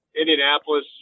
indianapolis